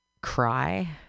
cry